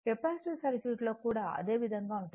capacitive circuit లో కూడా అదే విధంగా ఉంటుంది